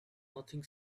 nothing